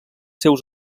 seus